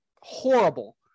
horrible